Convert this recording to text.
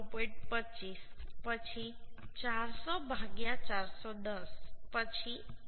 25 પછી 400 410 પછી 1